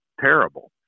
terrible